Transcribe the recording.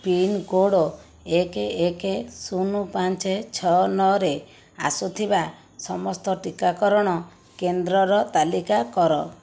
pin code ଏକ ଏକ ଶୂନ ପାଞ୍ଚ ଛଅ ନଅରେ ଆସୁଥିବା ସମସ୍ତ ଟିକାକରଣ କେନ୍ଦ୍ରର ତାଲିକା କର